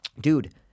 dude